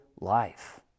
life